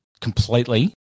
completely